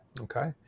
Okay